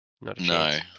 No